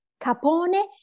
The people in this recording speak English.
capone